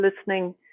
listening